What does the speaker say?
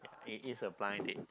it is a blind date